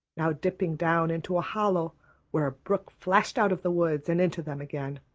now dipping down into a hollow where a brook flashed out of the woods and into them again,